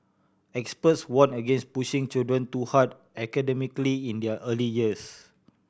experts warn against pushing children too hard academically in their early years